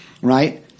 right